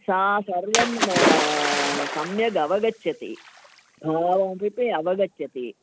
सा सर्वं सम्यगवगच्छति भाव कृते अवगच्छति